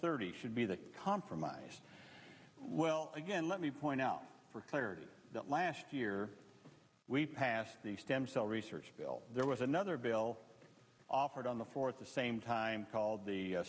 thirty should be the compromise well again let me point out for clarity that last year we passed the stem cell research bill there was another veil offered on the floor at the same time called the